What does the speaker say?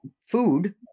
food